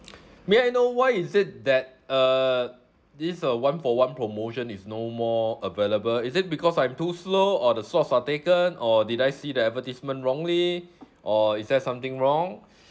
may I know why is it that uh this uh one for one promotion is no more available is it because I'm too slow or the slots are taken or did I see the advertisement wrongly or is there something wrong